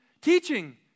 Teaching